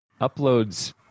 Uploads